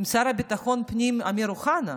עם השר לביטחון פנים אמיר אוחנה.